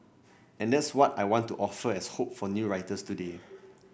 and that's what I want to offer as hope for new writers today